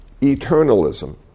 eternalism